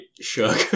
shook